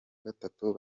gatatu